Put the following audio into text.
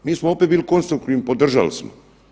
Mi smo opet bili konstruktivni, podržali smo.